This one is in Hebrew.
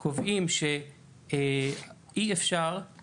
אז כנראה אין באמת מי שיפתור את